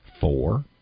four